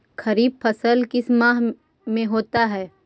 खरिफ फसल किस माह में होता है?